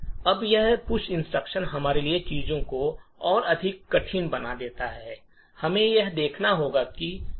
अब यह धक्का निर्देश हमारे लिए चीजों को और अधिक कठिन बना देगा और हमें यह देखने देगा कि कैसे